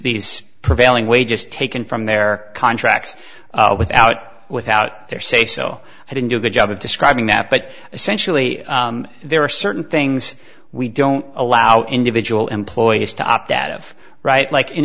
these prevailing wages taken from their contracts without without their say so i didn't do a good job of describing that but essentially there are certain things we don't allow individual employees to opt out of right like an